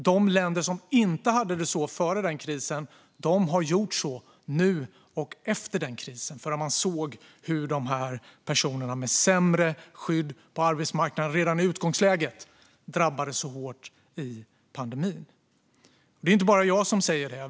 De länder som inte hade det så före den krisen har gjort så efter den krisen och nu, för man såg att personerna med sämre skydd på arbetsmarknaden redan i utgångsläget drabbades hårt i pandemin. Det är inte bara jag som säger detta.